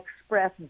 express